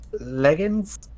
leggings